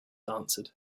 answered